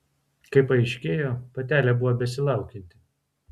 kaip paaiškėjo patelė buvo besilaukianti